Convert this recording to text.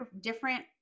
different